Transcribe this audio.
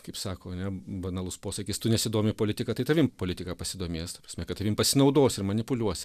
kaip sako ane banalus posakis tu nesidomi politika tai tavim politika pasidomės ta prasme kad tavim pasinaudos ir manipuliuos